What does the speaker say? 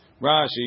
Rashi